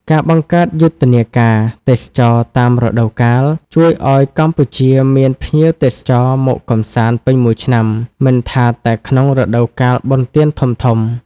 ការបង្កើតយុទ្ធនាការទេសចរណ៍តាមរដូវកាល ជួយឱ្យកម្ពុជាមានភ្ញៀវទេសចរមកកម្សាន្តពេញមួយឆ្នាំ មិនថាតែក្នុងរដូវកាលបុណ្យទានធំៗ។